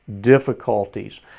difficulties